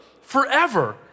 forever